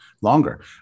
longer